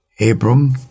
Abram